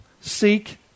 seek